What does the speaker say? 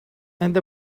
and